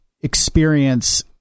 experience